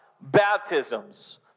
baptisms